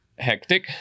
hectic